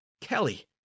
Kelly